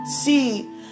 see